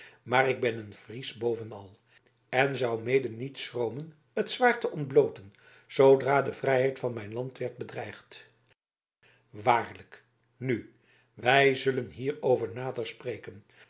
maar ik ben een fries boven al en zou mede niet schromen het zwaard te ontblooten zoodra de vrijheid van mijn land werd bedreigd waarlijk nu wij zullen hierover nader spreken